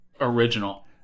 Original